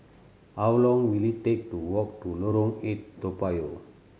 how long will it take to walk to Lorong Eight Toa Payoh